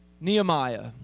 Nehemiah